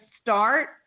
start